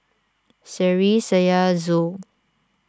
Seri Syah Zul